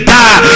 die